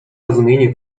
rozumienie